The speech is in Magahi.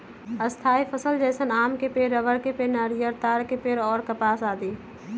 स्थायी फसल जैसन आम के पेड़, रबड़ के पेड़, नारियल, ताड़ के पेड़ और कपास आदि